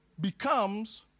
becomes